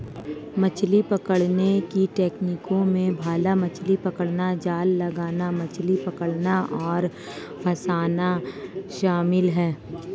मछली पकड़ने की तकनीकों में भाला मछली पकड़ना, जाल लगाना, मछली पकड़ना और फँसाना शामिल है